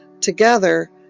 together